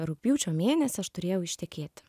rugpjūčio mėnesį aš turėjau ištekėti